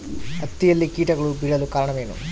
ಹತ್ತಿಯಲ್ಲಿ ಕೇಟಗಳು ಬೇಳಲು ಕಾರಣವೇನು?